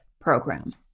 program